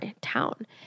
town